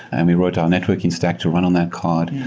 and we wrote our networking stack to run on that card,